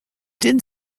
did